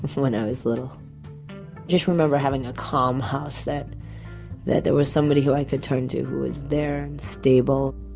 when i was little. i just remember having a calm house that that there was somebody who i could turn to who was there and stable